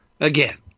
Again